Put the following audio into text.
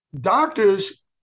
Doctors